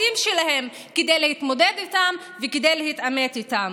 שלהם כדי להתמודד איתם וכדי להתעמת איתם.